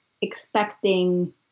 expecting